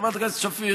חברת הכנסת שפיר,